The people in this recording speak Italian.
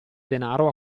denaro